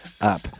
up